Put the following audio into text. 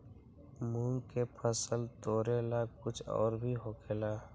मूंग के फसल तोरेला कुछ और भी होखेला?